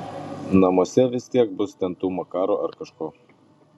namuose vis tiek bus ten tų makarų ar kažko